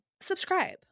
subscribe